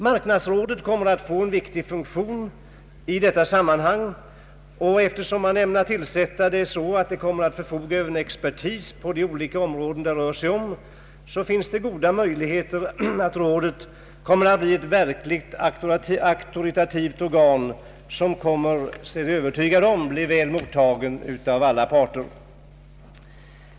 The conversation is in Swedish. Marknadsrådet kommer att få en viktig funktion i detta sammanhang. Eftersom det kommer att förfoga över expertis på de olika områden det rör sig om finns det goda möjligheter för rådet att bli ett verkligt auktoritativt organ, som blir väl mottaget av alla parter.